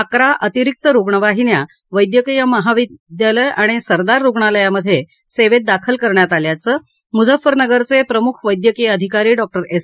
अकरा अतिरिक्त रुग्णवाहिन्या वैद्यकीय महाविद्यालय आणि सरदार रुग्णालयामधे सेवेत दाखल करण्यात आल्याचं मुझफ्फरनगरचे प्रमुख वैद्यकीय अधिकारी डॉक्टर एस